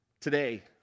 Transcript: today